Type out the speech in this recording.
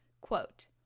Quote